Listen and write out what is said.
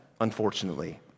Unfortunately